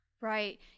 Right